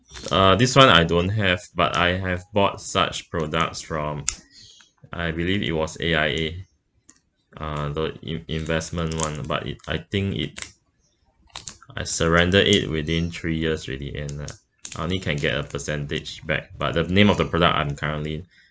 uh this one I don't have but I have bought such products from I believe it was A_I_A uh the in~ investment one but it I think it I surrender it within three years already end lah I only can get a percentage back but the name of the product I'm currently